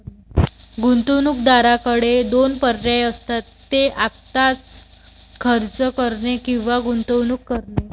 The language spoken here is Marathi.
गुंतवणूकदाराकडे दोन पर्याय असतात, ते आत्ताच खर्च करणे किंवा गुंतवणूक करणे